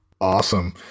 Awesome